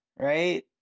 right